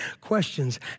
questions